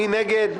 מי נגד?